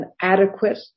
adequate